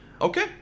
Okay